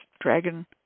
Dragon